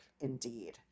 indeed